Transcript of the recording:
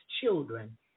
children